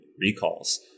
recalls